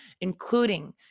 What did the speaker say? including